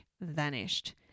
vanished